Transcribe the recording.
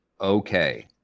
okay